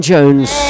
Jones